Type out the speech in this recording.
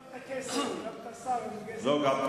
גם את הכסף וגם את השר, לא.